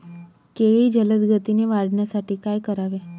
केळी जलदगतीने वाढण्यासाठी काय करावे?